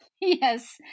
Yes